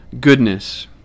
goodness